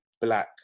Black